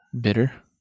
Bitter